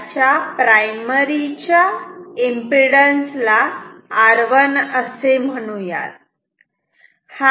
याच्या प्रायमरी च्या एम्पिडन्स ला r1 असे म्हणू यात